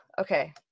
okay